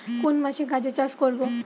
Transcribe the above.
কোন মাসে গাজর চাষ করব?